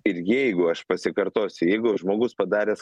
ir jeigu aš pasikartosiu jeigu žmogus padaręs